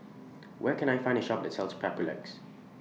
Where Can I Find A Shop that sells Papulex